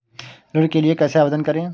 ऋण के लिए कैसे आवेदन करें?